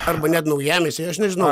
arba net naujamiestyje aš nežinau